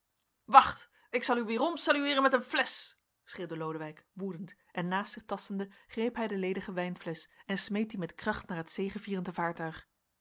wacht ik zal u weerom salueeren met een flesch schreeuwde lodewijk woedend en naast zich tastende greep hij de ledige wijnflesch en smeet die met kracht naar het zegevierende vaartuig